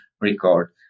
record